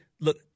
look